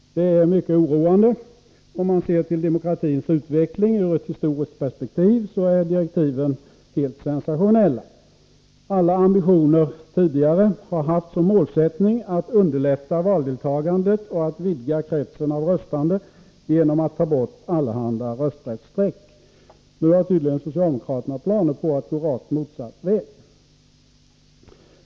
Det är mycket oroande. Om man ser till demokratins utveckling ur ett historiskt perspektiv är direktiven helt sensationella. Alla ambitioner tidigare har haft som målsättning att underlätta valdeltagandet och att vidga kretsen av röstande genom att ta bort allehanda rösträttsstreck. Nu har tydligen socialdemokraterna planer på att gå rakt motsatt väg.